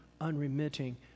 unremitting